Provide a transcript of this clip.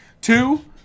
Two